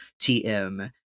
TM